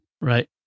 Right